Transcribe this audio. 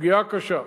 פגיעה קשה.